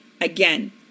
Again